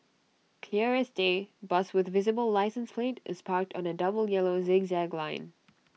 clear as day bus with the visible licence plate is parked on A double yellow zigzag line